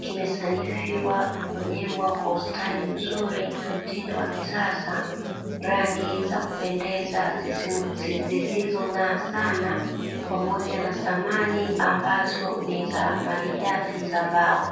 kimesanifiwa na kujengwa kwa ustadi mzuri na mtindo wa kisasa, rangi za kupendeza zisizong'aa sana, pamoja na samani ambazo ni za malighafi za mbao.